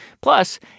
Plus